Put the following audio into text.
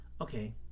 okay